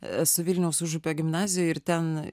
esu vilniaus užupio gimnazijoj ir ten